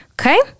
Okay